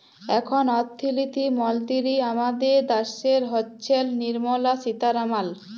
এখল অথ্থলিতি মলতিরি আমাদের দ্যাশের হচ্ছেল লির্মলা সীতারামাল